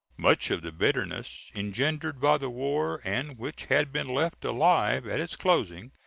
much of the bitterness engendered by the war, and which had been left alive at its closing,